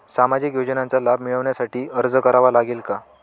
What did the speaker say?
सामाजिक योजनांचा लाभ मिळविण्यासाठी अर्ज करावा लागेल का?